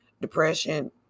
depression